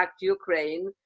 Ukraine